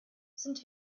sind